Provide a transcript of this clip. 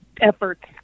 efforts